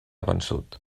vençut